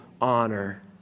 honor